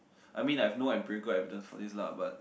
I mean I have no empirical evidence for these lah but